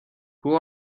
who